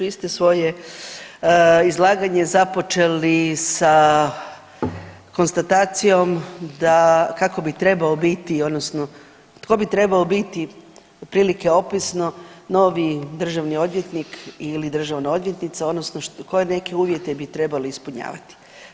Vi ste svoje izlaganje započeli sa konstatacijom kako bi trebao biti, odnosno tko bi trebao biti otprilike opisno novi državni odvjetnik ili državna odvjetnica, odnosno koje uvjete bi trebali ispunjavati.